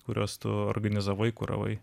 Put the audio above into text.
kuriuos tu organizavai kuravai